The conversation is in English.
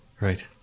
right